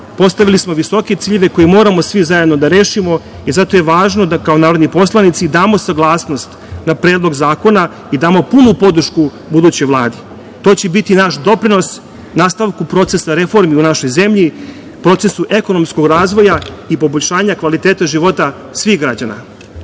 Postavili smo visoke ciljeve koje moramo svi zajedno da rešimo i zato je važno da kao narodni poslanici damo saglasnost na Predlog zakona i damo punu podršku budućoj vladi. To će biti naš doprinos nastavku procesa reformi u našoj zemlji, procesu ekonomskog razvoja i poboljšanja kvaliteta života svih građana.